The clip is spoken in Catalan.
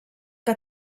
que